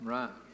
Right